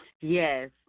Yes